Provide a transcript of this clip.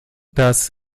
das